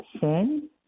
sin